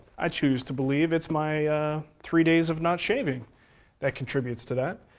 i choose to believe it's my three days of not shaving that contributes to that.